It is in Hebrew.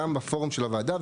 גם בפורום של הוועדה,